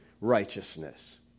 righteousness